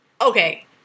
Okay